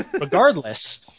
Regardless